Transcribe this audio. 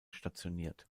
stationiert